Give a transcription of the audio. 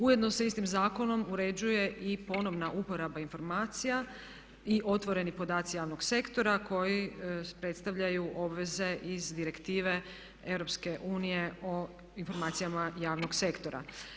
Ujedno se istim zakonom uređuje i ponovna uporaba informacija i otvoreni podaci javnog sektora koji predstavljaju obveze iz direktive EU o informacijama javnog sektora.